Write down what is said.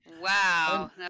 Wow